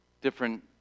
different